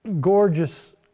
gorgeous